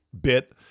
bit